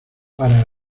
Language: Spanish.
para